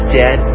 dead